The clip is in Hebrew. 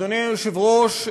אדוני היושב-ראש,